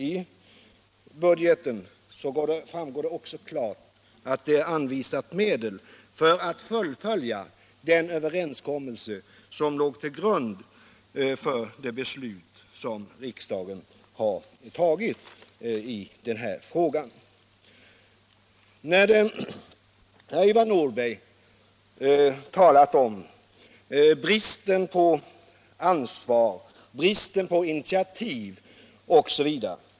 I budgeten framgår det också klart att medel har anvisats för att fullfölja den överenskommelse som legat till grund för det beslut som riksdagen har fattat i den här frågan. Herr Ivar Nordberg har talat om min brist på ansvar, min brist på initiativ osv.